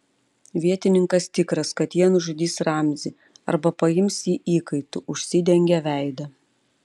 vietininkas tikras kad jie nužudys ramzį arba paims jį įkaitu užsidengė veidą